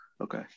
okay